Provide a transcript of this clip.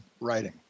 writing